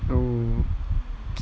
oh